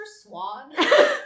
Swan